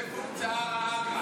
דומה לפום צערא אגרא.